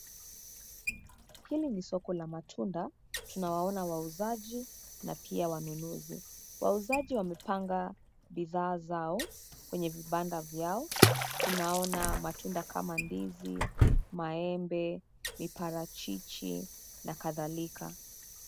Hili ni soko la matunda, tunawaona wauzaji na pia wanunuzi. Wauzaji wamepanga bidhaa zao, kwenye vibanda vyao. Tunaona matunda kama: ndizi, maembe, miparachichi, na kadhalika.